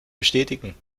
bestätigen